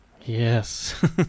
Yes